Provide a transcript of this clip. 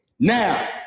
Now